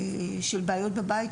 של בעיות בבית,